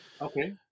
Okay